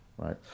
right